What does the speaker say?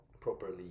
properly